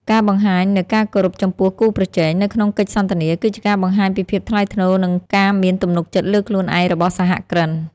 ការបង្ហាញនូវការគោរពចំពោះ "គូប្រជែង" នៅក្នុងកិច្ចសន្ទនា គឺជាការបង្ហាញពីភាពថ្លៃថ្នូរ និងការមានទំនុកចិត្តលើខ្លួនឯងរបស់សហគ្រិន។